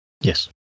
Yes